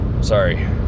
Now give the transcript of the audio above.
Sorry